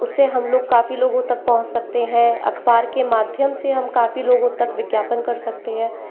उससे हम लोग काफी लोगों तक पहुँच सकते हैं अखबार के माध्यम से हम काफी लोगों तक विज्ञापन कर सकते हैं